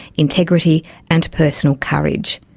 integrity and personal courage.